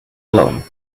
alone